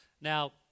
Now